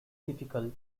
difficult